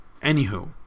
Anywho